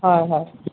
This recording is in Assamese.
হয় হয়